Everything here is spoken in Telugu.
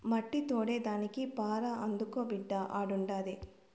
మట్టి తోడేదానికి పార అందుకో బిడ్డా ఆడుండాది